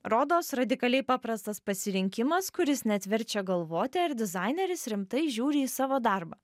rodos radikaliai paprastas pasirinkimas kuris net verčia galvoti ar dizaineris rimtai žiūri į savo darbą